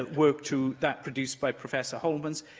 ah work to that produced by professor holmans,